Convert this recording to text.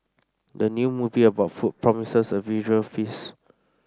the new movie about food promises a visual feast